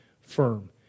firm